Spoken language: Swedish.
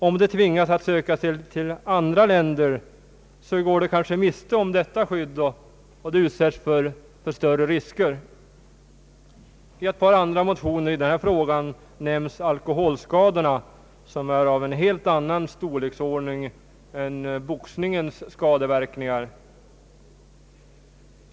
Om de tvingas att söka sig till andra länder, går de kanske miste om detta skydd och utsätts för större risker. I ett par andra motioner i denna fråga nämns alkoholskadorna, som är av en helt annan storleksordning än boxningens skadeverkningar.